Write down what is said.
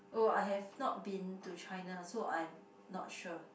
oh I have not been to China so I'm not sure